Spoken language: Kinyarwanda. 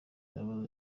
yaba